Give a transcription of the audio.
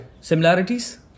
Similarities